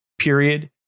Period